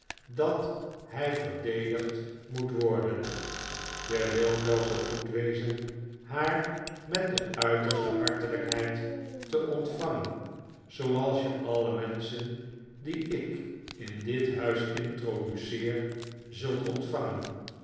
dat hij verdedigd moet worden je wilt wel zoo goed wezen haar met de uiterste hartelijkheid te ontvangen zooals je alle menschen die ik in dit huis introduceer zult ontvangen